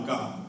God